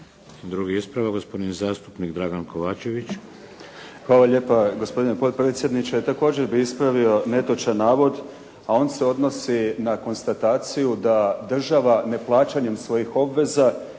Drugi ispravak, gospodin zastupnik Dragan Kovačević. **Kovačević, Dragan (HDZ)** Hvala lijepa gospodine potpredsjedniče. Također bi ispravio netočan navod, a on se odnosi na konstataciju da država neplaćanjem svojih obveza